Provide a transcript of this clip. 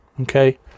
Okay